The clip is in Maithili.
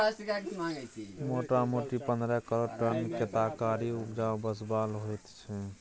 मोटामोटी पन्द्रह करोड़ टन केतारीक उपजा सबसाल होइत छै